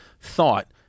thought